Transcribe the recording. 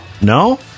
No